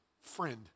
friend